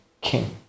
king